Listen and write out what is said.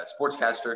sportscaster